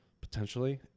Potentially